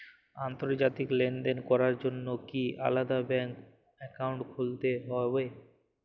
আন্তর্জাতিক লেনদেন করার জন্য কি আলাদা ব্যাংক অ্যাকাউন্ট খুলতে হবে?